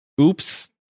oops